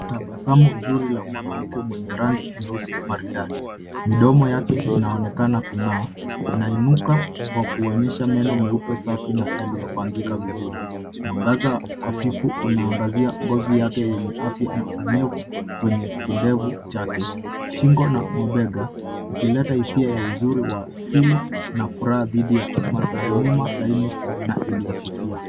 Tabasamu zuri la mwanamke mwenye rangi nyeusi maridadi. Midomo yake inaonekana kung'aa, inainuka kwa kuonyesha meno meupe safi na yaliyopangika vizuri. Mwangaza hafifu unaangazia ngozi yake yenye afya na unyevu kwenye kidevu chake. Shingo na mabega ikileta hisia ya uzuri wa asili na furaha dhidi ya mandhari nyuma laini na iliyofifia.